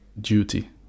duty